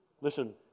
Listen